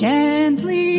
Gently